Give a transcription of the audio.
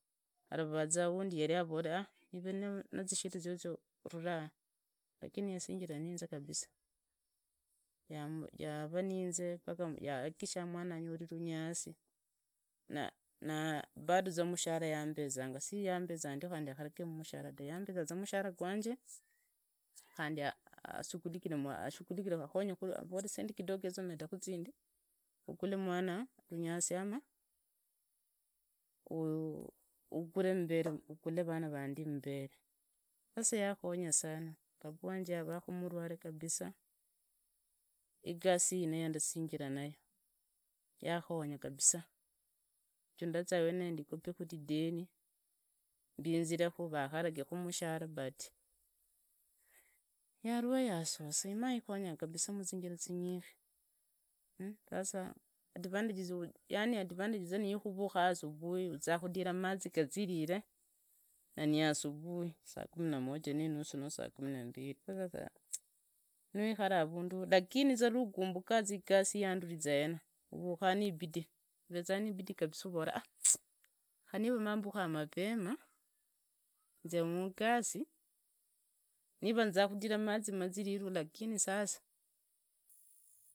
Khari yavaraza wundi yari arore ive na zishida ziozio hururee yahua lakini yasingira nainze kabisa yavaa niinze yakikisha mwana anyori zinyasi naa bado mushahara yambezanga, si yambezanya ndio alafu mushahara akhagare yambezanga mushahara gwanje khundi ashugurukire khandi akhonyekhu sendi kidogo jumidhaku zindi ngulle mwana lungasi ama ugure mbere, ugulle vana vandi mbere, sasa yakhonya sana, baba wanje yarakhuu murwarwe sana, igasi iyi yee ndasinyira nayo yakhonga kabisa juu ndaza iweneyo ndikhopekhu rideni, mbinzirekhu rakharangekhu mushahara but yarua yasasa, imaaikhenya khunzira zinyishi, lakini sasa advantage niyakhurukha asubuhi uzaa khudhira mmazi kuziriree na nihasubui saa kumi na moja ninasi noo saa kumi na mbili nawikhara arundu lakini lawikhara arundu igasi yeyo yanduriza hena, urukhaza nibidi uvezaa nibidii, maa uvora khari niva mambukha mapema nziu mugali niva nza khudira mumuzi maziriru lakini sasa.